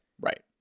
Right